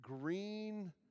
green